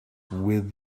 with